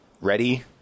ready